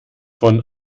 von